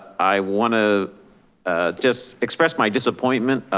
i wanna just express my disappointment.